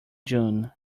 june